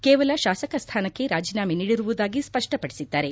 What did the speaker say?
ಕೇವಲ ಶಾಸಕ ಸ್ವಾನಕ್ಕೆ ರಾಜೀನಾಮೆ ನೀಡಿರುವುದಾಗಿ ಸ್ಪಷ್ಟಪಡಿಸಿದ್ದಾರೆ